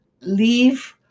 leave